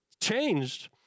changed